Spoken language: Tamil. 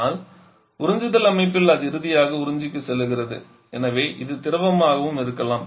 ஆனால் உறிஞ்சுதல் அமைப்பில் அது இறுதியாக உறிஞ்சிக்குச் செல்கிறது எனவே இது திரவமாகவும் இருக்கலாம்